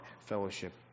fellowship